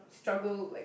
struggle like